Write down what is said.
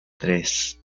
tres